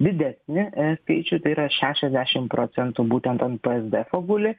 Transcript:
didesnį skaičių tai yra šešiasdešimt procentų būtent ant psd fo guli